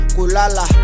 Kulala